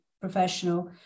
professional